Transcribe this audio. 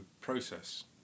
process